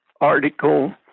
article